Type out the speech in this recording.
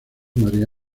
maría